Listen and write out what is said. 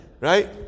right